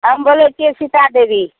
हम बोलै छिए सीता देवी